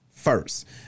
First